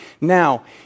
Now